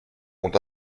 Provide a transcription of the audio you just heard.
ont